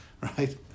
right